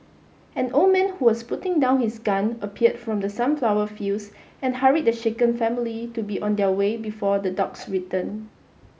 an old man who was putting down his gun appeared from the sunflower fields and hurried the shaken family to be on their way before the dogs return